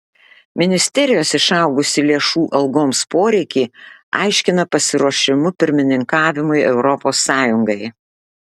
ministerijos išaugusį lėšų algoms poreikį aiškina pasiruošimu pirmininkavimui europos sąjungai